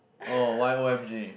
oh why O M G